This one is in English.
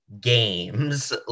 games